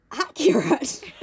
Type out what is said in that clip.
accurate